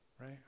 Right